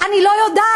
אני לא יודעת.